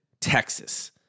Texas